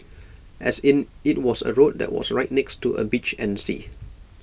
as in IT was A road that was right next to A beach and sea